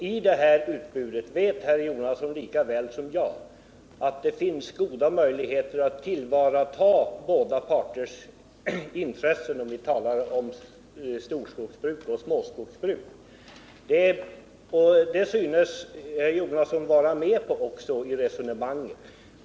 I det här utbudet vet herr Jonasson lika väl som jag att det finns goda möjligheter att tillvarata båda parters intressen då vi talar om storskogsbruk och småskogsbruk. Det resonemanget tycks herr Jonasson också vara med på.